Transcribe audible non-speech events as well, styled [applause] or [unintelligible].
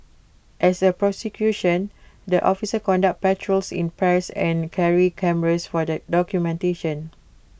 as A [unintelligible] the officers conduct patrols in pairs and carry cameras for the documentation